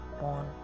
born